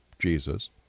jesus